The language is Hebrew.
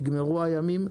נגמרו הימים,